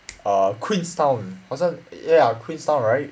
err queenstown 好像 ya queenstown right